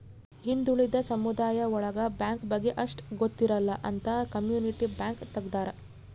ಹಿಂದುಳಿದ ಸಮುದಾಯ ಒಳಗ ಬ್ಯಾಂಕ್ ಬಗ್ಗೆ ಅಷ್ಟ್ ಗೊತ್ತಿರಲ್ಲ ಅಂತ ಕಮ್ಯುನಿಟಿ ಬ್ಯಾಂಕ್ ತಗ್ದಾರ